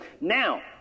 Now